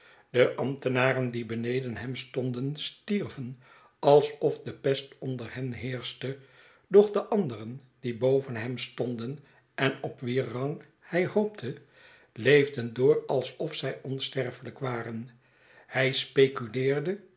de ambtenaren die beneden hem stonden stierven alsof de pest onder hen heerschte doch de anderen die boven hem stonden en op wier rang hij hoopte leefden door alsof zij onsterfelijk waren hij speculeerde